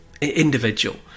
individual